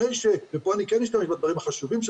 ופה אני כן אשתמש בדברים החשובים של